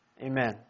Amen